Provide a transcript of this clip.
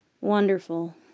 Wonderful